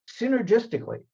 synergistically